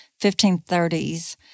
1530s